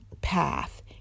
path